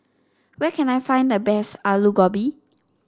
where can I find the best Alu Gobi